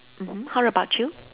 mmhmm how about you